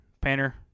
Painter